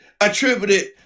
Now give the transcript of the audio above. attributed